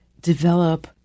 develop